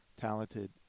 talented